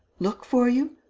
look for you?